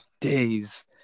Days